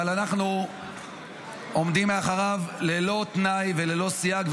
אבל אנחנו עומדים מאחוריו ללא תנאי וללא סייג,